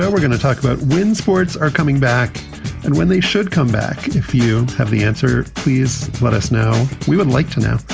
we're going to talk about wind. sports are coming back and when they should come back. you have the answer, please let us know. we would like to know.